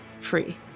free